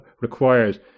requires